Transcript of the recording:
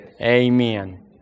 Amen